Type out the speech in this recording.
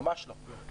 ממש לא.